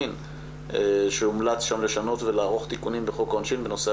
בית המשפט המחוזי של תל אביב טענן שהנשים יכלו לצאת משם והן יצאו,